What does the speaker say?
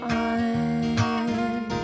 on